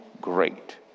great